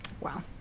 wow